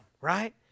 right